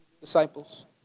disciples